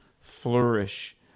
flourish